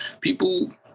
people